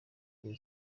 kwa